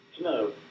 No